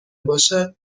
باشد